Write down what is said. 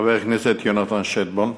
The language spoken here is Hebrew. חבר הכנסת יונתן שטבון.